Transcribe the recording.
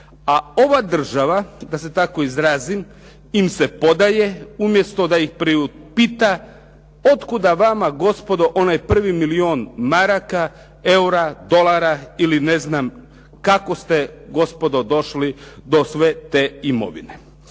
A ova država da se tako izrazim im se podaje, umjesto da ih priupita otkuda vama gospodo onaj prvi milijun maraka, eura, dolara ili ne znam kako ste gospodo došli do sve te imovine.